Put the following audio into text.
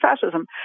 fascism